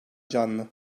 canlı